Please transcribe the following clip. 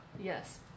Yes